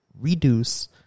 reduce